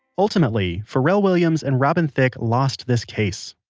ultimately, pharrell williams and robin thicke lost this case.